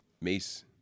mace